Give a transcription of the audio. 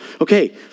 Okay